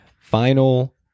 Final